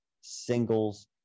singles